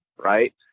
Right